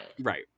Right